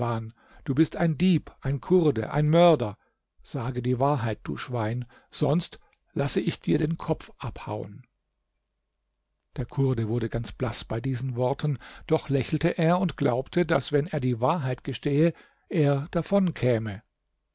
du bist ein dieb ein kurde ein mörder sage die wahrheit du schwein sonst lasse ich dir den kopf abhauen der kurde wurde ganz blaß bei diesen worten doch lächelte er und glaubte daß wenn er die wahrheit gestehe er davon käme